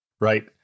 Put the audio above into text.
right